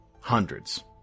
hundreds